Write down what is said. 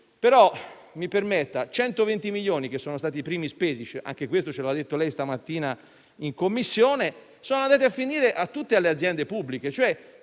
- 120 milioni, che sono stati i primi spesi, come ci ha detto stamattina in Commissione, sono andati a finire tutti alle aziende pubbliche.